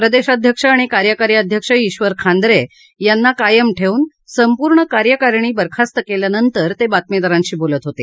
प्रदेशाध्यक्ष आणि कार्यकारी अध्यक्ष ईशर खांदरे यांना कायम ठेवून संपूर्ण कार्यकारिणी बरखास्त केल्यानंतर ते बातमीदारांशी बोलत होते